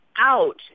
out